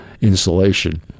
insulation